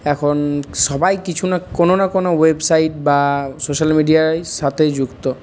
এখন সবাই কিছু না কোনো না কোনো ওয়েবসাইট বা সোশ্যাল মিডিয়ার সাথে যুক্ত